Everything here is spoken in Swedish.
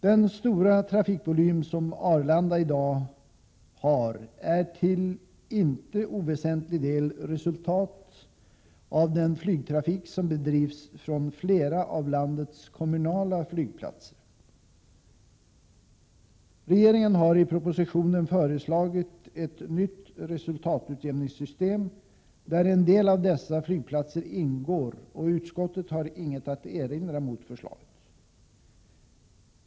Den stora trafikvolym som Arlanda i dag har är till inte oväsentlig del resultat av den flygtrafik som bedrivs från flera av landets kommunala flygplatser. Regeringen har i propositionen föreslagit ett nytt resultatutjämningssystem där en del av dessa flygplatser ingår, och utskottet har ingenting att erinra mot det förslaget.